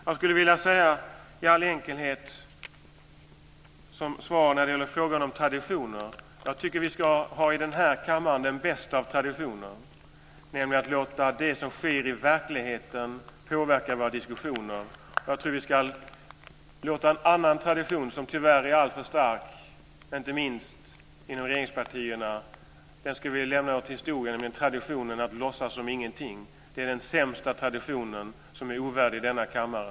Jag skulle i all enkelhet vilja säga, som svar på frågan om traditioner, att jag tycker att vi i den här kammaren ska ha den bästa av traditioner, nämligen att låta det som sker i verkligheten påverka våra diskussioner. Jag tror att vi ska lämna en annan tradition, som tyvärr är alltför stark, inte minst inom regeringspartierna, åt historien. Det är traditionen att låtsas som ingenting. Det är den sämsta traditionen. Den är ovärdig denna kammare.